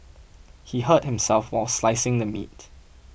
he hurt himself while slicing the meat